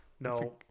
no